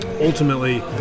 ultimately